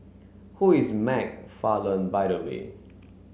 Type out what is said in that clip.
who is McFarland by the way